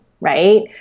right